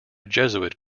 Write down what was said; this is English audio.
jesuit